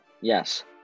Yes